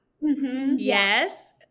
Yes